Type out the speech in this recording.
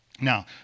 Now